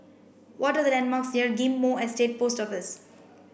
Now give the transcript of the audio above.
what are the landmarks near Ghim Moh Estate Post Office